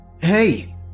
Hey